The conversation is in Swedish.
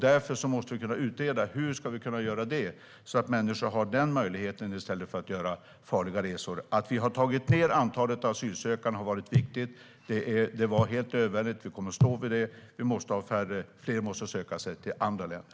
Vi måste kunna utreda hur vi ska kunna göra det så att människor har den möjligheten i stället för att göra farliga resor. Att vi har tagit ned antalet asylsökande har varit viktigt. Det var helt nödvändigt. Vi kommer att stå vid det. Vi måste få färre, och fler måste söka sig till andra länder.